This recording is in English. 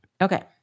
Okay